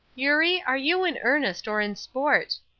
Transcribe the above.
eurie, are you in earnest or in sport?